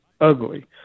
ugly